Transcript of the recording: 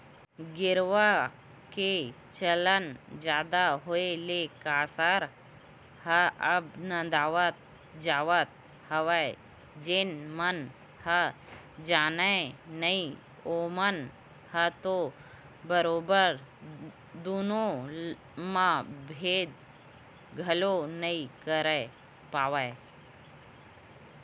गेरवा के चलन जादा होय ले कांसरा ह अब नंदावत जावत हवय जेन मन ह जानय नइ ओमन ह तो बरोबर दुनो म भेंद घलोक नइ कर पाय